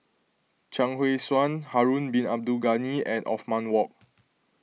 Chuang Hui Tsuan Harun Bin Abdul Ghani and Othman Wok